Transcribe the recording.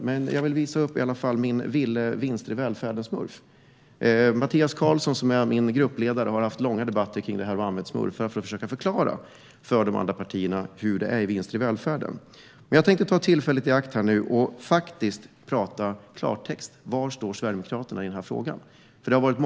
Men jag vill visa upp min Ville vinster-i-välfärden-smurf. Min gruppledare Mattias Karlsson har i långa debatter använt smurfar för att försöka att förklara detta med vinster i välfärden för andra partier. Jag tänker nu ta tillfället i akt och prata klartext. Var står Sverigedemokraterna i den här frågan?